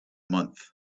month